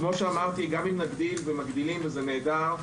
כאמור, גם אם נגדיל, ומגדילים, וזה נהדר,